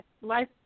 life